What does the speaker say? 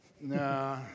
Nah